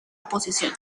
oposición